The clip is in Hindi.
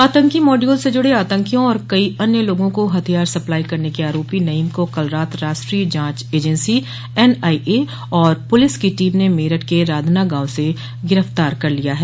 आतंकी मॉडयूल से जुड़े आतंकियों और अन्य कई लोगों को हथियार सप्लाई करने के आरोपो नईम को कल रात राष्ट्रीय जांच एजेंसी एनआईए और पुलिस की टीम ने मेरठ के राधना गांव से गिरफ्तार कर लिया है